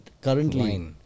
currently